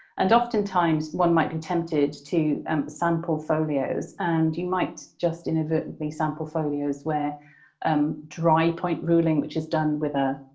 and oftentimes one might be tempted to um sample folios. and you might just inadvertently sample folios where um dry-point ruling, which is done with a